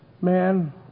man